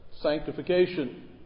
sanctification